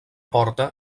porta